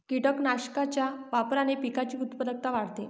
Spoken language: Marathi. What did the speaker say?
कीटकनाशकांच्या वापराने पिकाची उत्पादकता वाढते